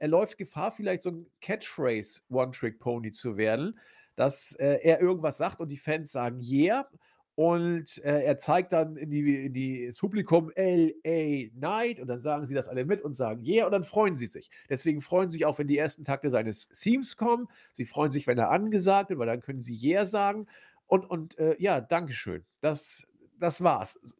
er läuft Gefahr, vielleicht so ein Catchphrase-One-Trick-Pony zu werden, dass, äh, er irgendwas sagt und die Fans sagen, "Yeah", und, äh, er zeigt dann in die- in die- das Publikum, "L.A. Knight", und dann sagen sie das alle mit und sagen, "Yeah", und dann freuen sie sich. Deswegen freuen sie sich auch, wenn die ersten Takte seines Themes kommen. Sie freuen sich, wenn er angesagt wird, weil dann können sie "Yeah" sagen. Und- und, äh, ja, Dankeschön. Das- das war's.